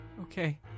Okay